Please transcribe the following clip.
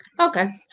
Okay